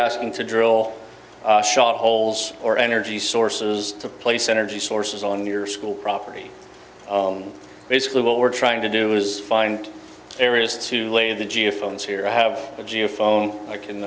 asking to drill shot holes or energy sources to place energy sources on your school property and basically what we're trying to do is find areas to lay the geophones here i have a geophone i can